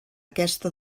aquesta